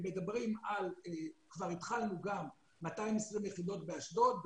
כבר התחלנו גם 220 יחידות באשדוד,